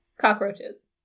Cockroaches